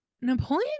Napoleon